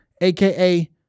AKA